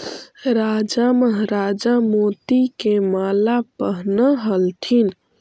राजा महाराजा मोती के माला पहनऽ ह्ल्थिन